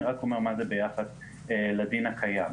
אני רק אומר מה זה ביחס לדין הקיים.